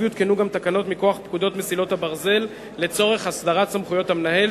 יותקנו גם תקנות מכוח פקודת מסילות הברזל לצורך הסדרת סמכויות המנהל,